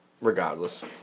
regardless